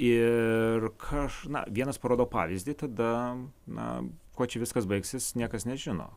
ir aš na vienas parodo pavyzdį tada na kuo čia viskas baigsis niekas nežino